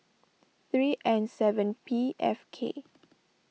three N seven P F K